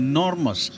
Enormous